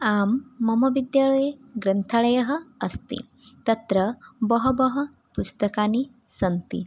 आं मम विद्यालये ग्रन्थालयः अस्ति तत्र बहवः पुस्तकानि सन्ति